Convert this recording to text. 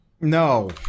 no